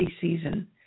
season